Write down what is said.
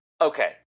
Okay